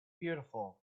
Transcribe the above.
beautiful